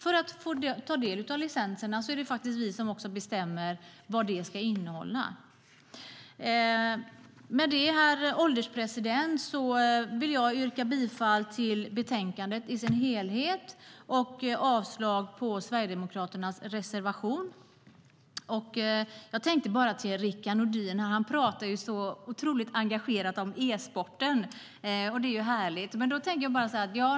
Vi bestämmer vad det ska krävas för innehåll för att man ska få del av licensen. Rickard Nordin talar engagerat om e-sport. Det är ju härligt!